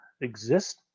exist